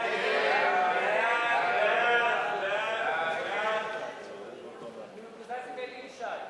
חוק רשות השידור (תיקון מס' 26),